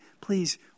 please